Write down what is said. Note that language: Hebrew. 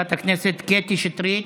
חברת הכנסת קטי שטרית,